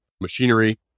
machinery